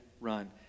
run